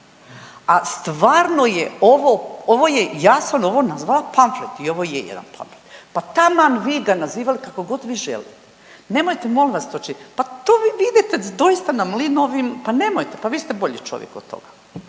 A stvarno je ovo, ovo je, ja sam ovo nazvala pamflet i ovo je jedan pamflet, pa taman vi ga nazivali kako god vi želite, nemojte molim vas to činiti, pa to vi vidite doista, na mlin ovim, pa nemojte, pa vi ste bolji čovjek od toga,